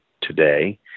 today